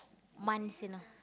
months you know